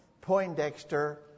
Poindexter